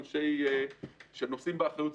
האנשים שנושאים באחריות,